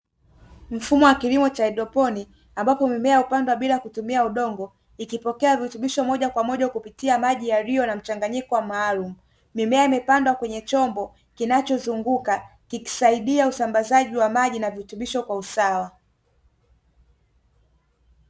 Mfumo wa kilimo cha haidroponi ambapo mimea kupandwa bila kutumia udongo, ikipokea virutubisho moja kwa moja kupitia maji yaliyo na mchanganyiko maalumu, mimea imepandwa kwenye chombo kinachozunguka, kikisaidia usambazaji wa maji na virutubisho kwa usawa.